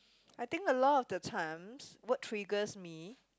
I think a lot of the times what triggers me